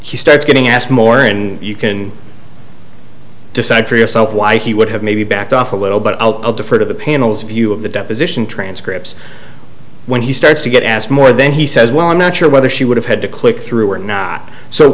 she starts getting asked more and you can decide for yourself why he would have maybe backed off a little but i'll defer to the panel's view of the deposition transcripts when he starts to get asked more then he says well i'm not sure whether she would have had to click through or not so